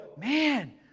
man